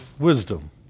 wisdom